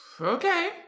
Okay